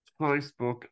Facebook